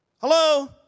Hello